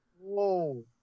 whoa